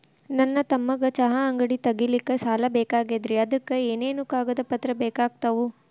ನನ್ನ ತಮ್ಮಗ ಚಹಾ ಅಂಗಡಿ ತಗಿಲಿಕ್ಕೆ ಸಾಲ ಬೇಕಾಗೆದ್ರಿ ಅದಕ ಏನೇನು ಕಾಗದ ಪತ್ರ ಬೇಕಾಗ್ತವು?